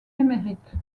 émérite